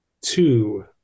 Two